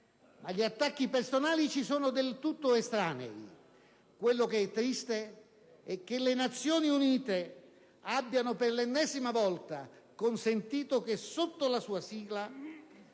Gli attacchi personali ci sono del tutto estranei. Ma è triste che le Nazioni Unite abbiano, per l'ennesima volta, consentito che sotto la propria sigla